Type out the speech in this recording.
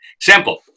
Simple